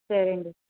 సరే అండి